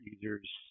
users